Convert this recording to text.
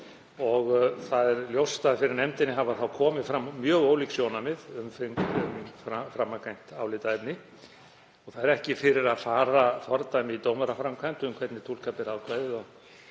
Það er ljóst að fyrir nefndinni hafa komið fram mjög ólík sjónarmið um framangreint álitaefni. Það er ekki fyrir að fara fordæmi í dómaframkvæmd um hvernig túlka beri ákvæðið og